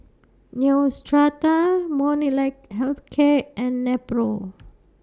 Neostrata Molnylcke Health Care and Nepro